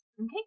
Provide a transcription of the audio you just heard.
Okay